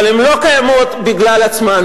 אבל הן לא קיימות לא בגלל עצמן.